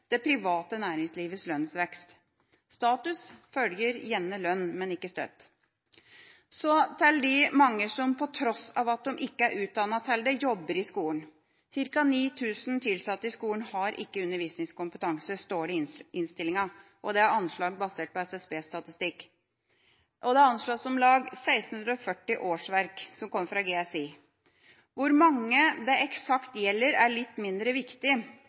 det private næringslivets lønnsvekst. Status følger gjerne lønn, men ikke alltid. Så til de mange som på tross av at de ikke er utdannet til det, jobber i skolen. Ca. 9 000 tilsatte i skolen har ikke undervisningskompetanse, står det i innstillinga. Det er anslag basert på SSB-statistikk. Det anslås om lag 1 640 årsverk – tallet kommer fra GSI. Hvor mange det eksakt gjelder er mindre viktig,